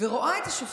ורואה את השופטים,